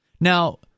Now